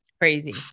crazy